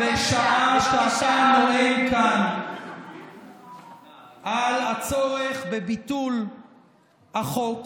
בשעה שאתה נואם כאן על הצורך בביטול החוק